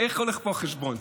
איך הולך החשבון פה?